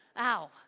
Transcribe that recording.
ow